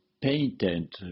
painted